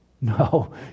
No